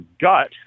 gut